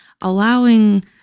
allowing